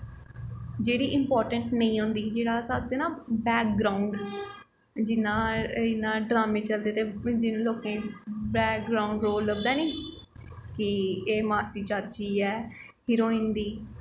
जेह्ड़ी इंपार्टैंट नेईं होंदी जेह्ड़ी अस आखदे ना बैकग्राउंड जियां इयां ड्रामें चलदे ते जिनें लोकें गी बैकग्राउंड रोल लभदा निं कि एह् मासी चाची ऐ हिरोईन दी